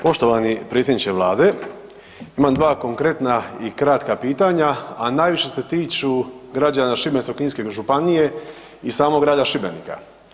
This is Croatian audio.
Poštovani predsjedniče Vlade, imam dva konkretna i kratka pitanja, a najviše se tiču građana Šibensko-kninske županije i samog grada Šibenika.